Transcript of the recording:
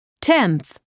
Tenth